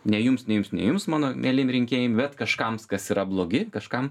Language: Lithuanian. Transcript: ne jums ne jums ne jums mano mieliem rinkėjam bet kažkam kas yra blogi kažkam